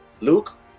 Luke